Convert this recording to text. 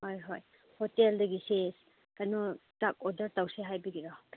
ꯍꯣꯏ ꯍꯣꯏ ꯍꯣꯇꯦꯜꯗꯒꯤꯁꯦ ꯑꯩꯅꯣ ꯆꯥꯛ ꯑꯣꯗꯔ ꯇꯧꯁ ꯍꯥꯏꯕꯒꯤꯔꯣ